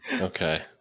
Okay